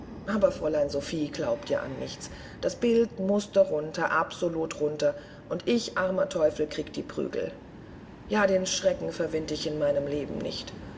aber fräulein sophie glaubt ja an nichts das bild mußte runter absolut runter und ich armer teufel kriegte die prügel ja den schreck verwind ich in meinem leben nicht